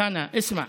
כהנא, אסמע,